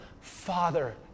father